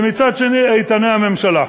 ומצד שני איתני הממשלה.